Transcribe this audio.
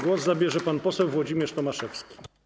Głos zabierze pan poseł Włodzimierz Tomaszewski.